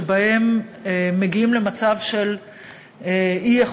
שבהם מגיעים למצב של אי-יכולת,